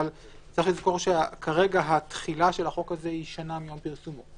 צריך לזכור שכרגע התחילה של החוק הזה היא שנה מיום פרסומו,